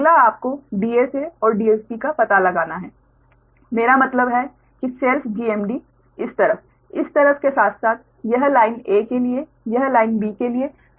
अगला आपको DSA और DSB का पता लगाना है मेरा मतलब है कि सेल्फ GMD इस तरफ इस तरफ के साथ साथ यह लाइन a के लिए यह लाइन b के लिए है